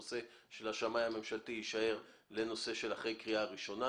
הנושא של השמאי הממשלתי יישאר לדיון אחרי הקריאה הראשונה.